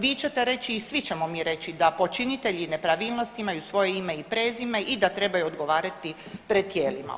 Vi ćete reći i svi ćemo mi reći da počinitelji nepravilnosti imaju svoje ime i prezime i da trebaju odgovarati pred tijelima.